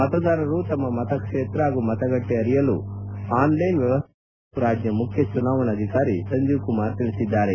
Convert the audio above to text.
ಮತದಾರರು ತಮ್ಮ ಮತಕ್ಷೇತ್ರ ಹಾಗೂ ಮತಗಟ್ಟೆ ಅರಿಯಲು ಆನ್ಲೈನ್ ವ್ಯವಸ್ಥೆ ಕಲ್ಪಿಸಲಾಗಿದೆ ಎಂದು ರಾಜ್ಯ ಮುಖ್ಯ ಚುನಾವಣಾ ಅಧಿಕಾರಿ ಸಂಜೀವ್ ಕುಮಾರ್ ತಿಳಿಸಿದ್ದಾರೆ